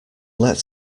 let